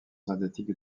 synthétique